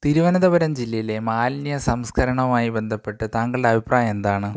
തിരുവനന്തപുരം ജില്ലയിലെ മാലിന്യ സംസ്കരണവുമായി ബന്ധപ്പെട്ട് താങ്കളുടെ അഭിപ്രായം എന്താണ്